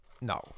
No